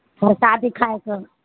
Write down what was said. प्रसादी खाइके